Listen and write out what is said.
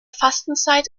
fastenzeit